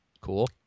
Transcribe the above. Cool